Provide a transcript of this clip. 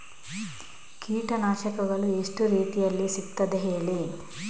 ಕೀಟನಾಶಕಗಳು ಎಷ್ಟು ರೀತಿಯಲ್ಲಿ ಸಿಗ್ತದ ಹೇಳಿ